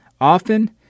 Often